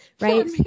Right